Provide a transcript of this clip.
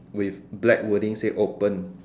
with black wording say open